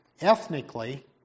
ethnically